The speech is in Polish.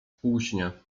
półśnie